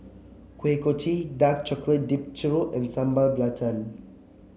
Kuih Kochi Dark Chocolate Dipped Churro and Sambal Belacan